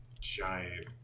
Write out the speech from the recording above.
giant